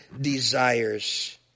desires